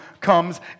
comes